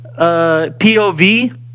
POV